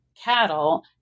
cattle